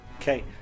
Okay